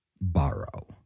borrow